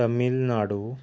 Tamil Nadu